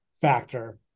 factor